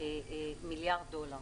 דולר